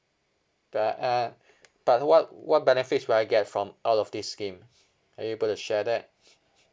but err but what what benefits will I get from all of this scheme are you able to share that